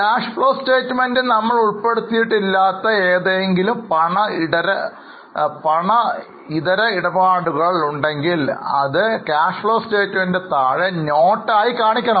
cash flow statementൽ നമ്മൾ ഉൾപ്പെടുത്തിയിട്ടില്ലാത്ത ഏതെങ്കിലും പണം ഇതര ഇടപാടുകൾ ഉണ്ടെങ്കിൽ കുറുപ്പിൽ നമ്മൾ കാണിക്കും